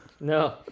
No